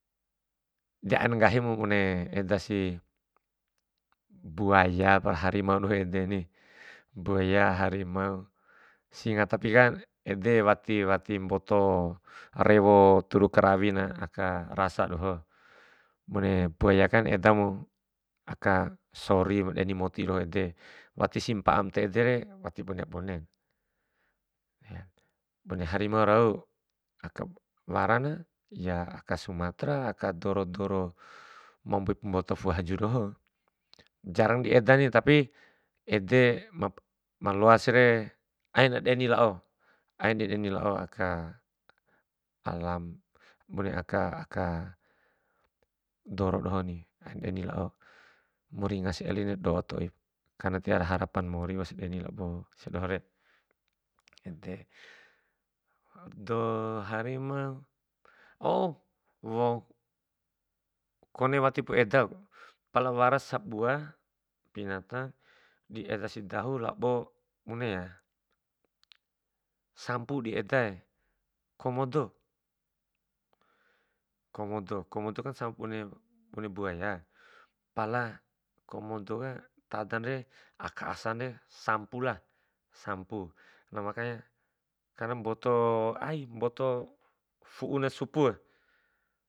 De aim nggahimu bude edasi buaya pa harimau edeni, buaya harimau tapikan ede wati wati mboto rewo turu karawinya aka rasa doho, bune buayakan edamu aka sori eni moti doho ede, patisi mpa'am ta edere wati bune bunen. bune harimau rau aka waran aka sumatra aka doro doro ma mbui mboto fu'u haju doho, jarang di edani tapi ede maloasre aina deni lao, ain deni lao, aka alam bune aka- aka doro dohon. Maringa si elina do'o toip karena wati wara harapan mori wausi deni lapom siadoho re. Do harimau kone watipu edak, pala wara sabua binata diedasi dahu labo buneya, sampu di edae komodo, komodo, komodo samap bune bune buaya, pala komoda ka tadanre aka asanre sampulah, sampu na makanya karena mboto ai bonto fu'u na supue.